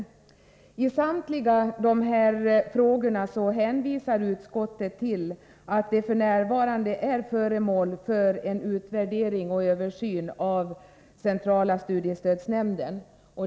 I samtliga dessa frågor hänvisar utskottet till att de f. n. är föremål för utvärdering och översyn av centrala studiestödsnämnden.